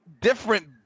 different